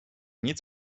nic